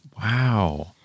Wow